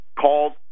Called